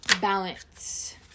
balance